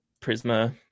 Prisma